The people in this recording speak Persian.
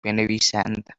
بنویسند